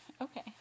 okay